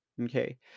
okay